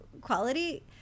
quality